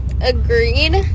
Agreed